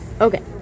Okay